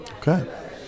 Okay